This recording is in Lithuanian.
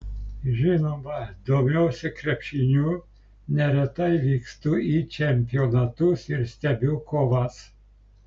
žinoma domiuosi krepšiniu neretai vykstu į čempionatus ir stebiu kovas